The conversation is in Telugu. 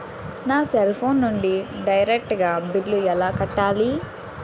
నా సెల్ ఫోన్ నుంచి డైరెక్ట్ గా బిల్లు ఎలా కట్టాలి?